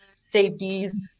safeties